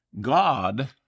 God